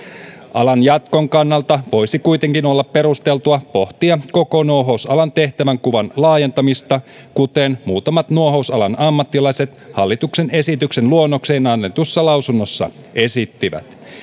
alan jatkon kannalta voisi kuitenkin olla perusteltua pohtia koko nuohousalan tehtävänkuvan laajentamista kuten muutamat nuohousalan ammattilaiset hallituksen esityksen luonnokseen annetussa lausunnossa esittivät